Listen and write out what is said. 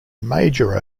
major